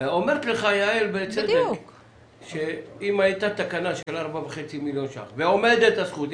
אומרת לך יעל בצדק שאם הייתה תקנה של 4.5 מיליון שקל ועומדת הזכות,